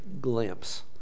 glimpse